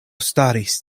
staris